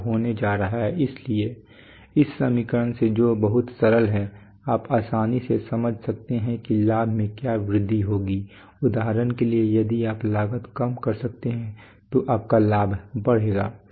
लाभ होने जा रहा है इसलिए इस समीकरण से जो बहुत सरल है आप आसानी से समझ सकते हैं कि लाभ में क्या वृद्धि होगी उदाहरण के लिए यदि आप लागत कम कर सकते हैं तो आपका लाभ बढ़ेगा